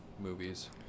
movies